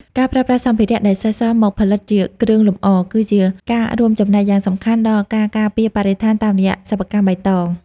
ការប្រើប្រាស់សម្ភារៈដែលសេសសល់មកផលិតជាគ្រឿងលម្អ គឺជាការរួមចំណែកយ៉ាងសំខាន់ដល់ការការពារបរិស្ថានតាមរយៈសិប្បកម្មបៃតង។